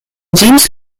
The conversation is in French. james